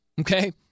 okay